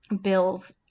bill's